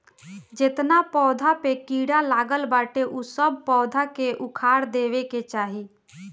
जेतना पौधा पे कीड़ा लागल बाटे उ सब पौधा के उखाड़ देवे के चाही